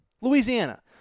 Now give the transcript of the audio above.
Louisiana